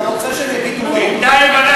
אתה רוצה שהם יגידו "לא",